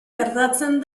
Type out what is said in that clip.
gertatzen